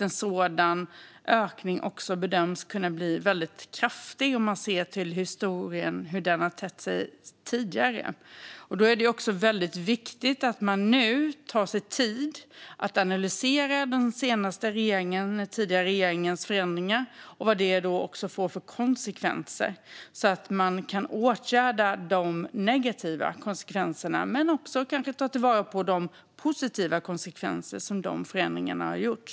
En sådan ökning bedöms kunna bli väldigt kraftig om man ser till hur det har tett sig tidigare i historien. Det är väldigt viktigt att man nu tar sig tid att analysera den tidigare regeringens förändringar och vad det får för konsekvenser så att man kan åtgärda de negativa konsekvenserna men kanske också ta vara på de positiva konsekvenser som förändringarna har lett till.